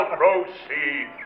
proceed